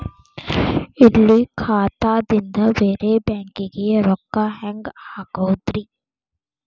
ಇಲ್ಲಿ ಖಾತಾದಿಂದ ಬೇರೆ ಬ್ಯಾಂಕಿಗೆ ರೊಕ್ಕ ಹೆಂಗ್ ಹಾಕೋದ್ರಿ?